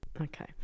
Okay